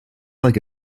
like